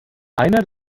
einer